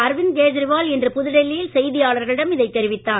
அரவிந்த் கேஜரிவால் இன்று புதுடெல்லியில் செய்தியாளர்களிடம் இதை தெரிவித்தார்